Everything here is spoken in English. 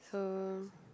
so